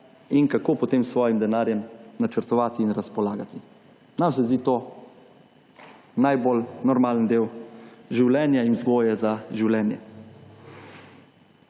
in kako potem s svojim denarjem načrtovati in razpolagati. Nam se zdi to najbolj normalen del življenja in vzgoje za življenje.